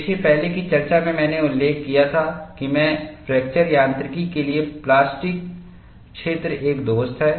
देखिए पहले की चर्चा में मैंने उल्लेख किया था कि फ्रैक्चर यांत्रिकी के लिए प्लास्टिक क्षेत्र एक दोस्त है